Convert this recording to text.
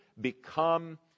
become